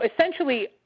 Essentially